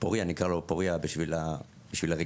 נקרא לו פורייה בשביל הרגילות,